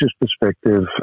perspective